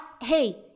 hey